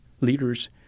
leaders